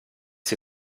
sie